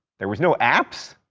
there was no apps?